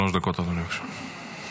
שלוש דקות, אדוני, בבקשה.